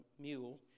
mule